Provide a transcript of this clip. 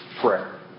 prayer